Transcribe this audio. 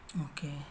Okay